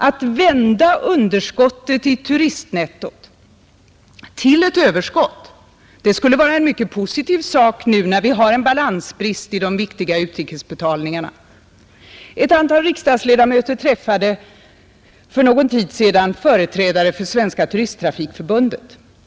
Att vända underskottet i turistnettot till ett överskott skulle vara mycket positivt nu, när vi har en balansbrist i de viktiga utlandsbetalningarna. Ett antal riksdagsledamöter träffade för någon tid sedan företrädare för Svenska turisttrafikförbundet.